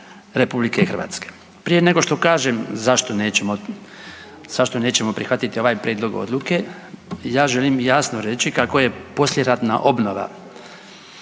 Republike Hrvatske. Prije nego što kažem zašto nećemo prihvatiti ovaj Prijedlog odluke, ja želim jasno reći kako je poslijeratna obnova